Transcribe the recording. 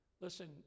listen